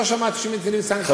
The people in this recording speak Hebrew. לא שמעתי שמטילים סנקציות על,